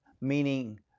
meaning